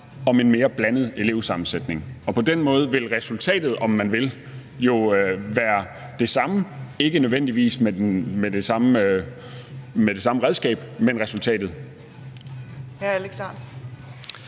om en mere blandet elevsammensætning. På den måde vil resultatet, om man vil, jo være det samme – men ikke nødvendigvis ved hjælp af det samme redskab. Kl.